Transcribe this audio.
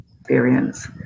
experience